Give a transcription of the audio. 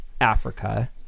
Africa